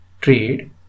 trade